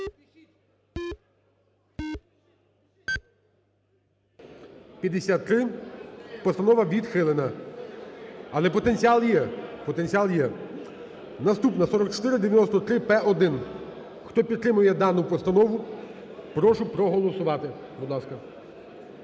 53. Постанова відхилена. Але потенціал є, потенціал є. Наступна 4493-П1. Хто підтримує дану постанову, прошу проголосувати,